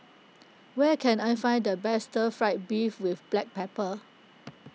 where can I find the best Stir Fried Beef with Black Pepper